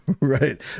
Right